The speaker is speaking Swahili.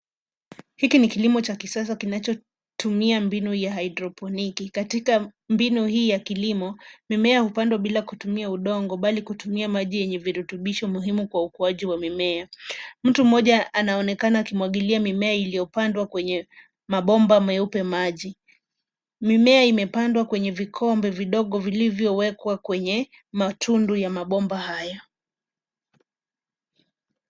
Hiki ni kilimo cha kisasa kinachotumia mbinu ya haidroponiki: Katika mbinu hii ya kilimo, mimea hupandwa bila kutumia udongo mbali kutumia maji yenye virutubisho muhimu kwa ukuaji wa mimea. Mtu mmoja anaonekana akimwagilia mimea iliyopandwa kwenye mabomba meupe maji. Mimea imepandwa kwenye vikombe vidogo vilivyowekwa kwenye matundu ya mabomba hayo.